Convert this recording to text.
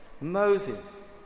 Moses